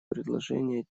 предложения